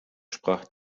sprach